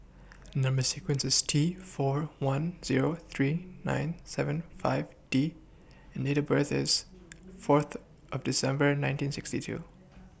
Number sequence IS T four one Zero three nine seven five D and Date of birth IS forth of December nineteen sixty two